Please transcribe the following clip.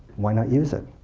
why not use it?